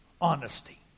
honesty